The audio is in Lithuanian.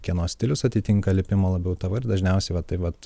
kieno stilius atitinka lipimo labiau tavo ir dažniausiai va taip vat